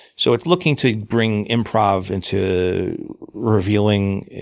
so it's looking to bring improve into revealing